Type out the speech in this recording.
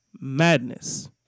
madness